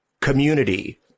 community